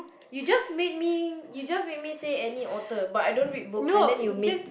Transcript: you just made me you just made me say any author but I don't read books and then you made